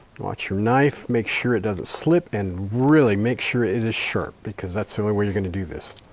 watch your knife, make sure it doesn't slip and really make sure it is sharp because that's that only way you're going to do this.